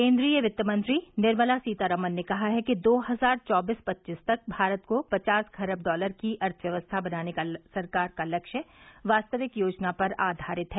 केन्द्रीय वित्तमंत्री निर्मला सीतारामन ने कहा है कि दो हजार चौबीस पच्चीस तक भारत को पचास खरब डॉलर की अर्थव्यवस्था बनाने का सरकार का लक्ष्य वास्तविक योजना पर आधारित है